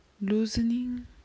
loosening